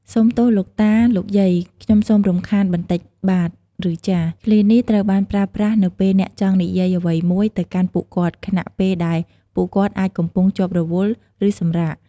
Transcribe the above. សូមទោសលោកតា/លោកយាយ ខ្ញុំសូមរំខានបន្តិចបាទ ឬ ចាស ឃ្លានេះត្រូវបានប្រើប្រាស់នៅពេលអ្នកចង់និយាយអ្វីមួយទៅកាន់ពួកគាត់ ខណៈពេលដែលពួកគាត់អាចកំពុងជាប់រវល់ ឬសម្រាក។